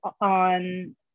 on